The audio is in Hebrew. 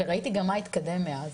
וראיתי גם מה התקדם מאז.